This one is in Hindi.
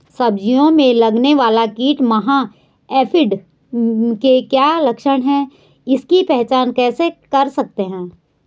सब्जियों में लगने वाला कीट माह एफिड के क्या लक्षण हैं इसकी पहचान कैसे कर सकते हैं?